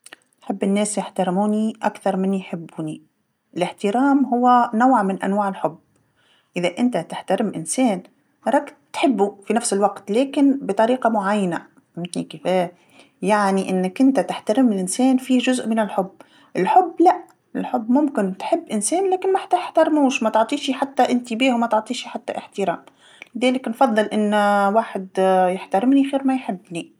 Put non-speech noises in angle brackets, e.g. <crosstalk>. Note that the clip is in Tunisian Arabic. نحب الناس يحترموني أكتر من يحبوني، الإحترام هو نوع من أنواع الحب، إذا أنت تحترم انسان راك تحبو في نفس الوقت لكن بطريقه معينه، فهمتني كيفاه، يعني أنك أنت تحترم الإنسان فيه جزء من الحب، الحب لأ، الحب ممكن تحب إنسان لكن ماتح- تحترموش ما تعطيهش حتى إنتباه وما تعطيش حتى إحترام، لذلك نفضل أن <hesitation> واحد <hesitation> يحتارمني خير ما يحبني.